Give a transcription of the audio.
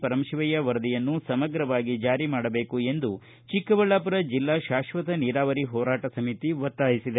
ಪರಮಶಿವಯ್ಯ ವರದಿಯನ್ನು ಸಮಗ್ರವಾಗಿ ಜಾರಿ ಮಾಡಬೇಕು ಎಂದು ಚಿಕ್ಕಬಳ್ಳಾಪುರ ಜಿಲ್ಲಾ ಶಾಕ್ಷತ ನೀರಾವರಿ ಹೋರಾಟ ಸಮಿತಿ ಒತ್ತಾಯಿಸಿದೆ